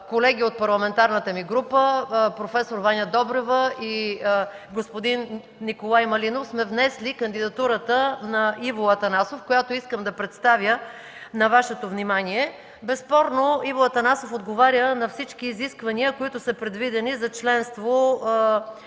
колеги от парламентарната ни група – проф. Ваня Добрева и господин Николай Малинов, сме внесли кандидатурата на Иво Атанасов, която искам да представя на Вашето внимание. Безспорно Иво Атанасов отговаря на всички изисквания, които са предвидени за членство